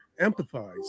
empathize